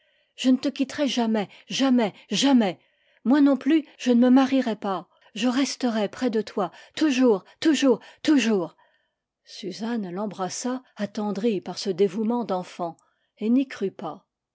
je ne te quitterai jamais jamais jamais moi non plus je ne me marierai pas je resterai près de toi toujours toujours toujours m suzanne l'embrassa attendrie par ce dévouement d'enfant et n'y crut pas